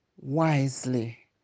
Wisely